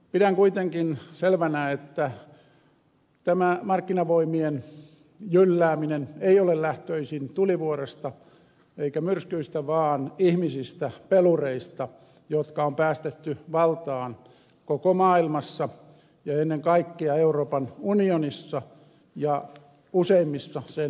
pidän kuitenkin selvänä että tämä markkinavoimien jyllääminen ei ole lähtöisin tulivuoresta eikä myrskyistä vaan ihmisistä pelureista jotka on päästetty valtaan koko maailmassa ja ennen kaikkea euroopan unionissa ja useimmissa sen jäsenmaissa